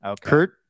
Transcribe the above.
Kurt